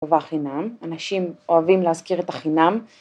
והחינם, אנשים אוהבים להזכיר את החינם